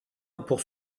pour